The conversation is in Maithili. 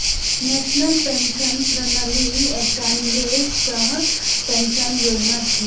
नेशनल पेंशन प्रणाली एकटा निवेश सह पेंशन योजना छियै